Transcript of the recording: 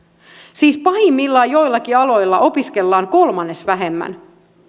siis pahimmillaan joillakin aloilla opiskellaan kolmannes vähemmän